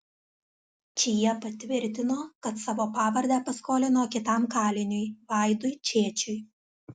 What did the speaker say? čiepa tvirtino kad savo pavardę paskolino kitam kaliniui vaidui čėčiui